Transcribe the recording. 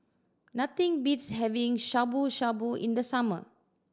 nothing beats having Shabu Shabu in the summer